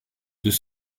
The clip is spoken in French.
deux